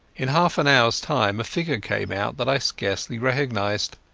in half an houras time a figure came out that i scarcely recognized.